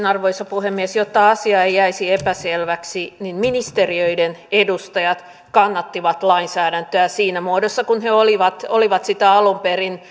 arvoisa puhemies jotta asia ei jäisi epäselväksi niin ministeriöiden edustajat kannattivat lainsäädäntöä siinä muodossa kuin he olivat olivat sitä alun perin